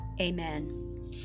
amen